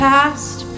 Past